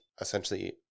essentially –